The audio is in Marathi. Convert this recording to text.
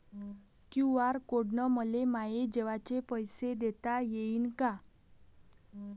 क्यू.आर कोड न मले माये जेवाचे पैसे देता येईन का?